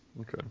Okay